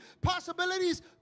possibilities